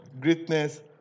greatness